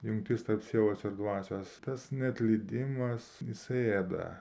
jungtis tarp sielos ir dvasios tas neatleidimas jisai ėda